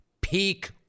Peak